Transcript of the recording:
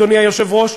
אדוני היושב-ראש,